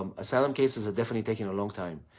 um asylum cases are definitely taking a long time.